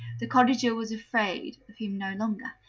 the cottager was afraid of him no longer,